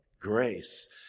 grace